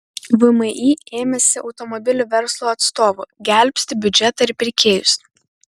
vmi ėmėsi automobilių verslo atstovų gelbsti biudžetą ir pirkėjus